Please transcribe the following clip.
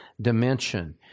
dimension